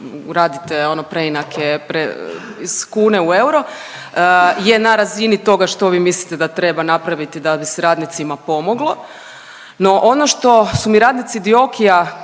radite ono preinake s kune u euro je na razini toga što vi mislite da treba napraviti da bi se radnicima pomoglo. No ono što su mi radnici DIOKI-a